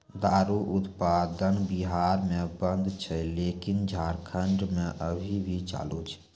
दारु उत्पादन बिहार मे बन्द छै लेकिन झारखंड मे अभी भी चालू छै